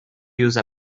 use